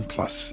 Plus